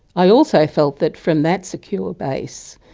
i also felt that from that secure base,